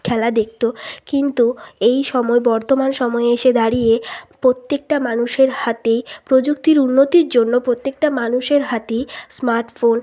খেলা দেখতো কিন্তু এই সময়ে বর্তমান সময়ে এসে দাঁড়িয়ে প্রত্যেকটা মানুষের হাতেই প্রযুক্তির উন্নতির জন্য প্রত্যেকটা মানুষের হাতেই স্মার্টফোন